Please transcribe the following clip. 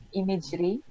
imagery